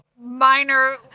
minor